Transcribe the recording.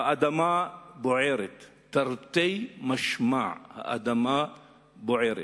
האדמה בוערת, תרתי משמע האדמה בוערת.